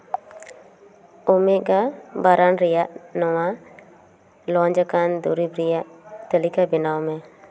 ᱳᱢᱮᱜᱟ brand ᱨᱮᱭᱟᱜ ᱱᱚᱣᱟ ᱞᱚᱧᱪ ᱟᱠᱟᱱ ᱫᱩᱨᱤᱵᱽ ᱨᱮᱭᱟᱜ ᱛᱟᱹᱞᱤᱠᱟ ᱵᱮᱱᱟᱣ ᱢᱮ